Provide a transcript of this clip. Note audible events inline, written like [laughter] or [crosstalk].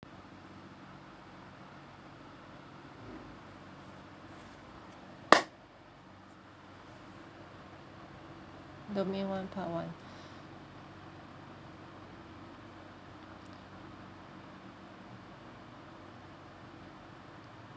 domain one part one [breath]